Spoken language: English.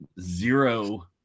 zero –